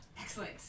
Excellent